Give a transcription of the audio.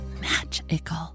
magical